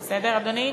בסדר, אדוני.